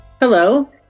Hello